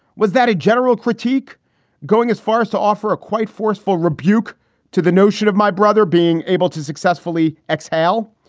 was that a general critique going as far as to offer a quite forceful rebuke to the notion of my brother being able to successfully exhale?